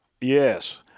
Yes